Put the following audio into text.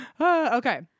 okay